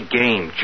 game